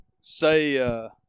say